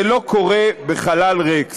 זה לא קורה בחלל ריק.